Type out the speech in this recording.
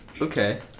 Okay